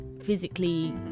physically